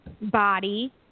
body